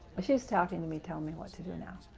she is talking to me, telling me what to do now.